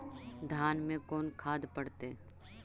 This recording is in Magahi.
धान मे कोन खाद पड़तै?